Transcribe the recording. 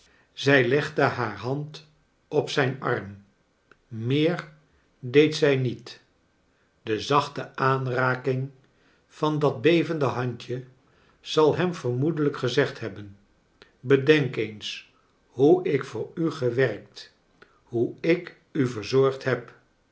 zij legde haar hand op zijn arm meer deed zij niet de zachte aanraking van dat bevende handje zal hem vermoedelijk gezegd hebben bedenk eens hoe ik voor u gewerkt hoe ik u verzorgd heb